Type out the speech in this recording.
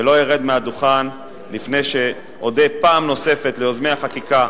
ולא ארד מהדוכן לפני שאודה פעם נוספת ליוזמי החקיקה.